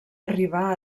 arribar